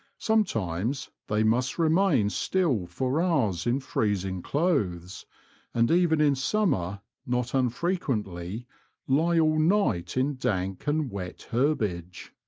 some times they must remain still for hours in freezing clothes and even in summer not unfrequently lie all night in dank and wet herbage.